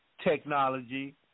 technology